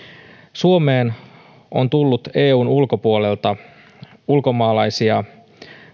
suomeen on tullut eun ulkopuolelta ulkomaalaisia